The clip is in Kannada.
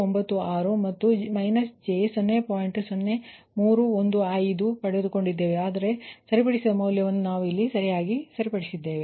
0315 ಪಡೆದುಕೊಂಡಿದ್ದೇವೆ ಆದರೆ ಸರಿಪಡಿಸಿದ ಮೌಲ್ಯವನ್ನು ನಾವು ಸರಿಯಾಗಿ ಸರಿಪಡಿಸಿದ್ದೇವೆ